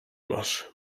masz